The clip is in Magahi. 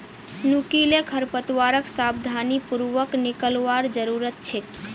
नुकीले खरपतवारक सावधानी पूर्वक निकलवार जरूरत छेक